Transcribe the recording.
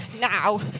now